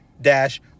dash